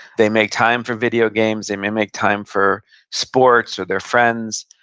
they make time for video games, they may make time for sports, or their friends,